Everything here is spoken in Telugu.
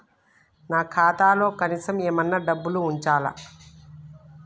నా ఖాతాలో కనీసం ఏమన్నా డబ్బులు ఉంచాలా?